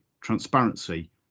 transparency